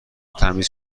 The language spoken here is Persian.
تمیز